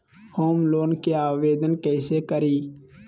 Home loan के आवेदन कैसे करि?